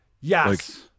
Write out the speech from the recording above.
Yes